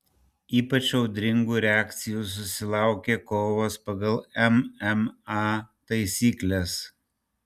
ypač audringų reakcijų susilaukė kovos pagal mma taisykles